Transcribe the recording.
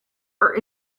are